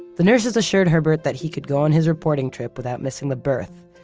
the nurses assured herbert that he could go on his reporting trip without missing the birth,